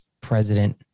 president